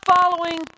following